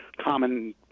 common –